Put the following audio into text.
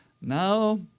now